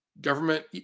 government